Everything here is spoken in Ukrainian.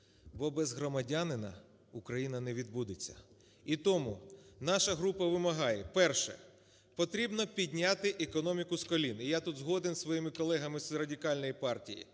Бо без громадянина Україна не відбудеться. І тому наша група вимагає, перше – потрібно підняти економіку з колін, і я тут згоден з моїми колегами з Радикальної партії.